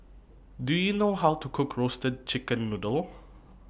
Do YOU know How to Cook Roasted Chicken Noodle